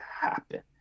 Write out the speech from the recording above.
happen